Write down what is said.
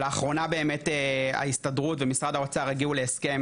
לאחרונה באמת ההסתדרות ומשרד האוצר הגיעו להסכם